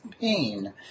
pain